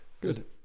good